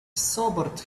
sobered